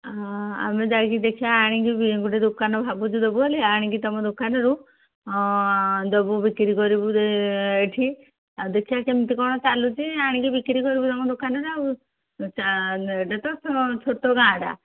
ହଁ ଆମେ ଯାଇକି ଦେଖିବା ଆଣିକି ଗୋଟେ ଦୋକାନ ଭାବୁଛୁ ଦେବୁ ହେଲେ ଆଣିକି ତୁମ ଦୋକାନରୁ ଦେବୁ ବିକ୍ରି କରିବୁ ଏଠି ଆଉ ଦେଖିବା କେମିତି କ'ଣ ଚାଲୁଛି ଆଣିକି ବିକ୍ରି କରିବୁ ଆମ ଦୋକାନରେ ଆଉ ଏଇଟା ତ ଛୋଟ ଗାଁଟା